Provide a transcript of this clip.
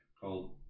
called